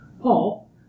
Paul